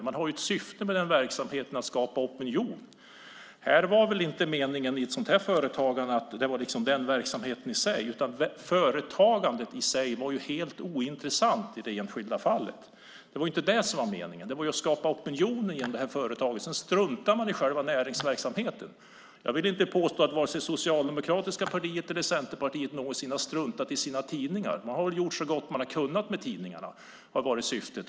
Man har ett syfte med verksamheten, nämligen att skapa opinion. Men i detta företagande var det inte meningen att det var den verksamheten i sig utan företagandet var helt ointressant i det enskilda fallet. Det var inte meningen. Det var att skapa opinion genom företaget, och sedan struntade man i själva näringsverksamheten. Jag vill inte påstå att vare sig det socialdemokratiska partiet eller Centerpartiet någonsin har struntat i sina tidningar. Man har gjort så gott man kunnat med tidningarna. Det har varit syftet.